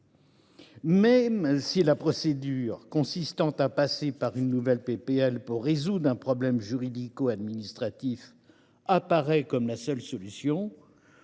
Même si la procédure consistant à passer par une nouvelle proposition de loi pour résoudre un problème juridico administratif apparaît comme la seule solution,